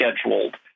scheduled